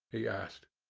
he asked.